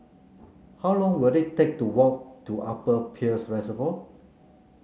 how long will it take to walk to Upper Peirce Reservoir